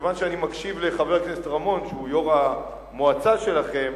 כיוון שאני מקשיב לחבר הכנסת רמון שהוא יושב-ראש המועצה שלכם,